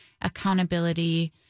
accountability